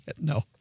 No